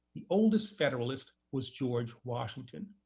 the oldest federalist was george washington.